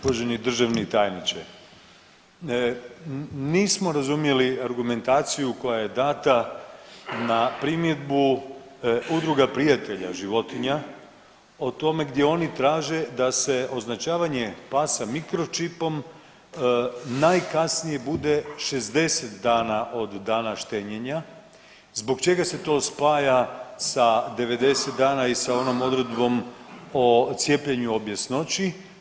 Uvaženi državni tajniče, nismo razumjeli argumentaciju koja je dana na primjedbu Udruga prijatelja životinja o tome gdje oni traže da se označavanje pasa mikročipom najkasnije bude 60 dana od dana štenjenja, zbog čega se to spaja sa 90 dana i sa onom odredbom o cijepljenju o bjesnoći?